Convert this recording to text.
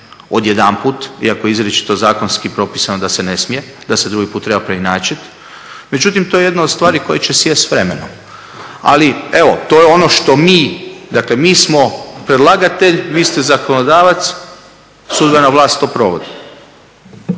od jedanput iako izričito je zakonski propisano da se ne smije, da se drugi put treba preinačiti. Međutim, to je jedna od stvari koja će sjesti s vremenom. Ali evo, to je ono što mi, dakle mi smo predlagatelj vi ste zakonodavac, sudbena vlast to provodi.